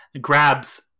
grabs